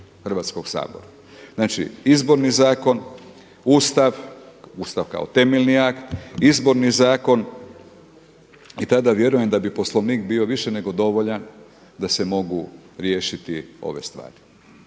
Hrvatskog sabora. Znači izborni zakon, Ustav, Ustav kao temeljni akt, izborni zakon i tada vjerujem da bi Poslovnik bio više nego dovoljan da se mogu riješiti ove stvari.